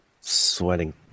sweating